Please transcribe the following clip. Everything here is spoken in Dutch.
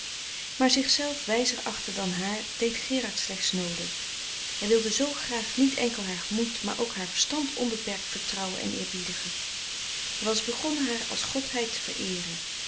maar zichzelf wijzer achten dan haar deed gerard slechs noode hij wilde zoo graag niet enkel haar gemoed maar ook haar verstand onbeperkt vertrouwen en eerbiedigen hij was begonnen haar als godheid te vereeren